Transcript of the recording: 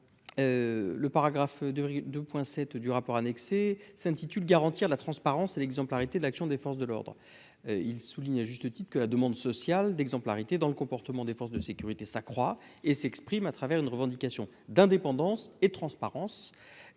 le paragraphe de 2,7 du rapport annexé s'intitule garantir la transparence et l'exemplarité de l'action des forces de l'ordre, il souligne à juste titre, que la demande sociale d'exemplarité dans le comportement des forces de sécurité s'accroît et s'exprime à travers une revendication d'indépendance et de transparence